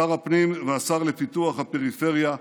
שר הפנים והשר לפיתוח הפריפריה,